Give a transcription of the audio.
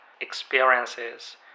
experiences